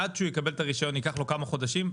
עד שהוא יקבל את הרישיון יקח לו כמה חודשים?